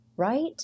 right